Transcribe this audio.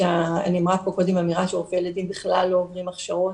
נאמרה פה קודם אמירה שרופאי הילדים בכלל לא עוברים הכשרות,